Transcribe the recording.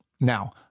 Now